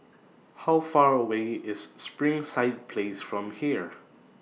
How Far away IS Springside Place from here